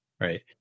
right